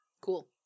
Cool